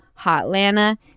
Hotlanta